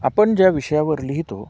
आपण ज्या विषयावर लिहितो